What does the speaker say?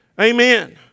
Amen